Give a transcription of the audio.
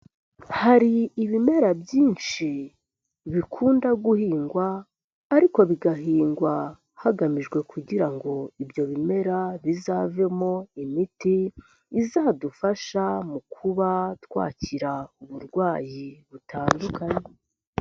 Hari ibimera byinshi bikunda guhingwa ariko bigahingwa hagamijwe kugira ngo ibyo bimera bizavemo imiti izadufasha mu kuba twakira uburwayi butandukanye.